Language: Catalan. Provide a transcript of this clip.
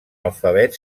alfabet